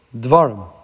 Dvarim